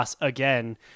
again